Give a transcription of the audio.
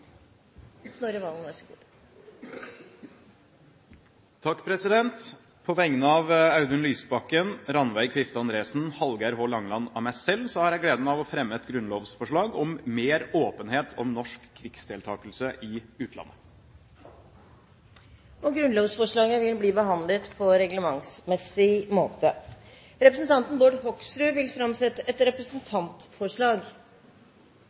Snorre Serigstad Valen vil framsette et grunnlovsforslag. På vegne av Audun Lysbakken, Rannveig Kvifte Andresen, Hallgeir H. Langeland og meg selv har jeg gleden av å fremme et grunnlovsforslag om mer åpenhet om norsk krigsdeltakelse i utlandet. Grunnlovsforslaget vil bli behandlet på reglementsmessig måte. Representanten Bård Hoksrud vil framsette et